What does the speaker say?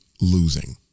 losing